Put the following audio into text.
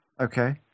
Okay